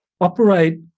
operate